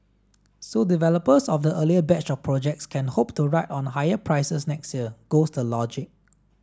so developers of the earlier batch of projects can hope to ride on higher prices next year goes the logic